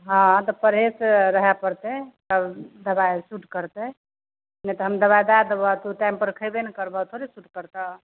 हँ तऽ परहेजसे रहै पड़तै तब दवाइ आओर सूट करतै ने तऽ हम दवाइ दै देबऽ तू टाइमपर खएबे नहि करबऽ थोड़े सूट करतऽ